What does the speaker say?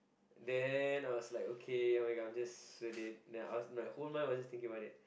then I was like okay [oh]-my-god I'm just sweating my whole mind was just thinking about it